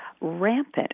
rampant